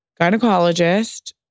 gynecologist